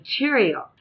material